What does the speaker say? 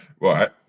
Right